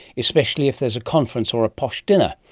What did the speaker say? especially if there's a conference or posh dinner,